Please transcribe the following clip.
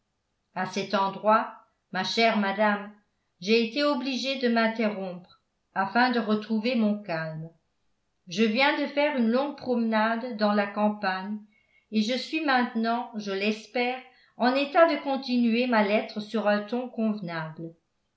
à cet endroit ma chère madame j'ai été obligé de m'interrompre afin de retrouver mon calme je viens de faire une longue promenade dans la campagne et je suis maintenant je l'espère en état de continuer ma lettre sur un ton convenable